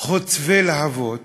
חוצבות להבות,